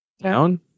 down